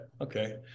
Okay